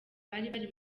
bari